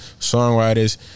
songwriters